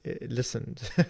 listened